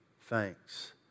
thanks